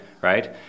right